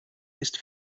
ist